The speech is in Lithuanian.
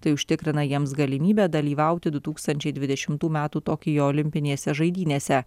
tai užtikrina jiems galimybę dalyvauti du tūkstančiai dvidešimtų metų tokijo olimpinėse žaidynėse